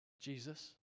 Jesus